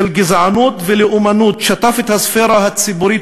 של גזענות ולאומנות שטף את הספירה הציבורית